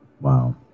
Wow